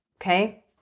okay